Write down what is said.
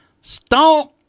Stomp